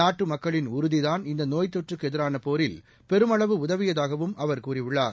நாட்டு மக்களின் உறுதிதான் இந்த நோய் தொற்றுக்கு எதிரான போரில் பெருமளவு உதவியதாகவும் அவர் கூறியுள்ளார்